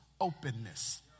openness